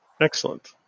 excellent